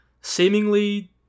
Seemingly